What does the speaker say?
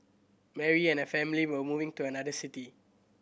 Mary and her family were moving to another city